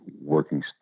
working